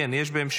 כן, יש בהמשך.